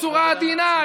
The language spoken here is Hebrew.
בצורה עדינה.